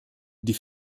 die